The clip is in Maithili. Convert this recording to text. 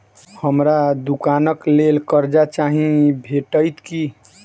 हमरा दुकानक लेल कर्जा चाहि भेटइत की?